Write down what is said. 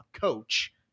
coach